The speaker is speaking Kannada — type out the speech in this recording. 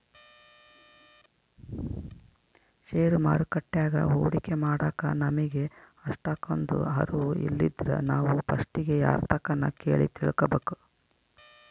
ಷೇರು ಮಾರುಕಟ್ಯಾಗ ಹೂಡಿಕೆ ಮಾಡಾಕ ನಮಿಗೆ ಅಷ್ಟಕೊಂದು ಅರುವು ಇಲ್ಲಿದ್ರ ನಾವು ಪಸ್ಟಿಗೆ ಯಾರ್ತಕನ ಕೇಳಿ ತಿಳ್ಕಬಕು